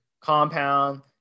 compound